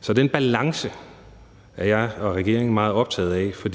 så den balance er jeg og regeringen meget optaget af, for